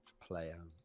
player